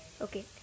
Okay